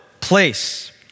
place